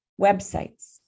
websites